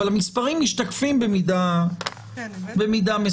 אבל המספרים משתקפים במידה מסוימת.